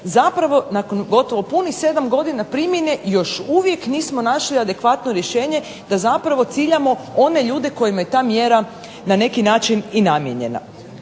zapravo nakon gotovo punih 7 godina primjene još uvijek nismo našli adekvatno rješenje da zapravo ciljamo ljude kojima je ta mjera na neki način namijenjena.